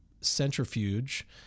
centrifuge